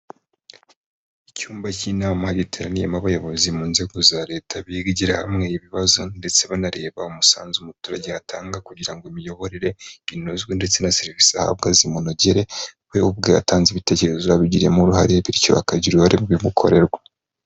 Icyumba cy'inama ba giteraniyemo abayobozi mu nzego za leta, bigira hamwe ibibazo ndetse banareba umusanzu umuturage yatanga kugira ngo imiyoborere inozwe ndetse na serivisi ahabwa zimunogere. We ubwe atanze ibitekerezo, abigiramo uruhare bityo akagira uruhare mu bimukorerwa.